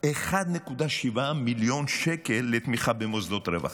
לעומת 1.7 מיליון שקל לתמיכה במוסדות רווחה.